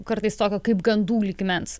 kartais tokia kaip gandų lygmens